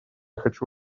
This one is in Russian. хочу